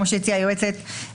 כמו שהציעה היועצת,